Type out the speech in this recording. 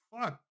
fuck